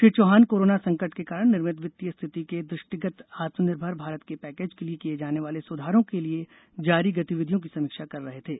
Shri Chauhan corona संकट के कारण निर्मित वित्तीय स्थिति के दुष्टिगत आत्मनिर्भर भारत के पैकेज के लिये किए जाने वाले सुधारों के लिए जारी गतिविधियों की समीक्षा कर रहे थे